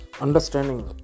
Understanding